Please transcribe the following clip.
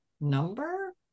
number